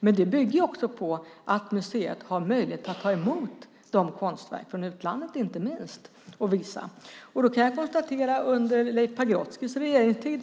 Men det bygger också på att museet har möjlighet att ta emot konstverk, inte minst från utlandet, och visa dem. Jag kan konstatera att det inte hände särskilt mycket under Leif Pagrotskys regeringstid.